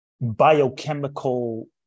biochemical